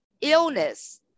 illness